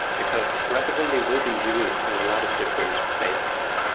because webassembly will be used in a lot of different places.